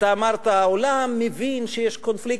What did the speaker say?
אתה אמרת: העולם מבין שיש קונפליקט.